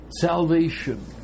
salvation